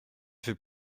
fait